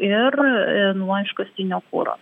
ir nuo iškastinio kuro